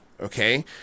Okay